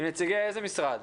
עם נציגי איזה משרד?